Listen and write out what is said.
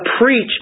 preach